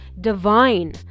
divine